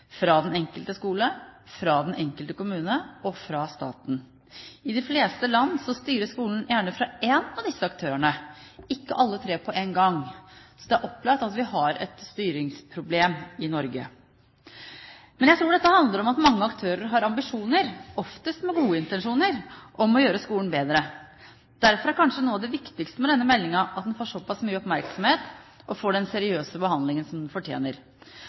fra den enkelte skole, fra den enkelte kommune og fra staten. I de fleste land styres skolen gjerne av én av disse aktørene, ikke av alle tre på én gang. Så det er opplagt at vi har et styringsproblem i Norge. Jeg tror dette handler om at mange aktører har ambisjoner – oftest med gode intensjoner – om å gjøre skolen bedre. Derfor er kanskje noe av det viktigste med denne meldingen at den får såpass mye oppmerksomhet og får den seriøse behandlingen som den fortjener.